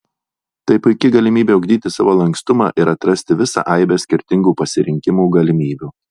tai puiki galimybė ugdyti savo lankstumą ir atrasti visą aibę skirtingų pasirinkimų galimybių